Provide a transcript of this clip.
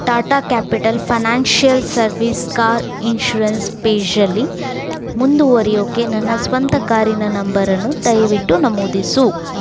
Tata capital financial service car insurance ಪೇಜಲ್ಲಿ ಮುಂದುವರಿಯೋಕ್ಕೆ ನನ್ನ ಸ್ವಂತ ಕಾರಿನ ನಂಬರನ್ನು ದಯವಿಟ್ಟು ನಮೂದಿಸು